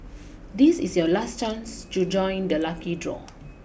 this is your last chance to join the lucky draw